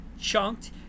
chunked